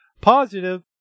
positive